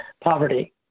poverty